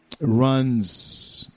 runs